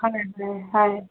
হয় হয় হয়